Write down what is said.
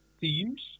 themes